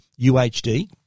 UHD